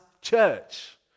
church